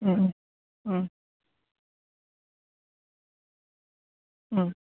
उम उम उम उम